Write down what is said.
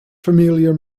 familiar